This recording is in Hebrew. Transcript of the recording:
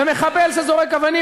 מחבל שזורק אבנים,